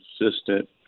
consistent